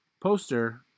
poster